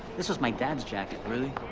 this was my dad's jacket. really?